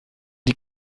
die